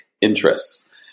interests